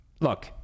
Look